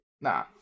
Nah